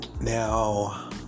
Now